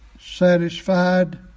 satisfied